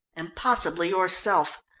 and possibly yourself.